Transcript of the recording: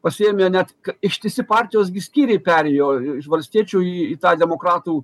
pasiėmė net ištisi partijos gi skyriai perėjo iš valstiečių į tą demokratų